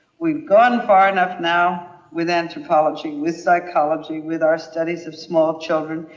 we've gone far enough now with anthropology, with psychology, with our studies of small children,